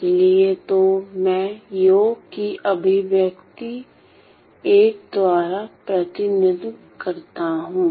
इसलिए तो मैं योग की अभिव्यक्ति I द्वारा प्रतिनिधित्व करता हूं